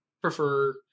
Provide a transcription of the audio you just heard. prefer